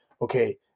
okay